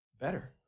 Better